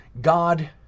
God